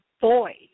void